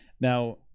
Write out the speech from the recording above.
now